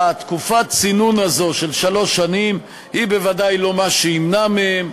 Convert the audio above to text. תקופת הצינון הזו של שלוש שנים היא בוודאי לא מה שימנע זאת מהם.